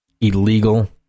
Illegal